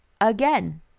again